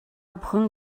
бүхэн